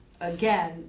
again